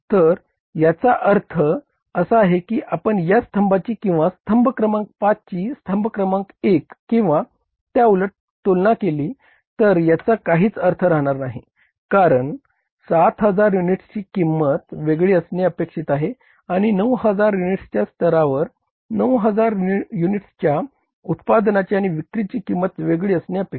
तर याचा अर्थ असा आहे की आपण या स्तंभाची किंवा स्तंभ क्रमांक 5 ची स्तंभ क्रमांक 1 किंवा त्या उलट तुलना केली तर याचा काहीच अर्थ राहणार नाही कारण 7000 युनिटची किंमत वेगळी असणे अपेक्षित आहे आणि 9000 च्या स्तरावर 9000 युनिट्सच्या उत्पादनाची आणि विक्रीची किंमत वेगळी असणे अपेक्षित आहे